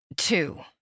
Two